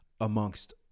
amongst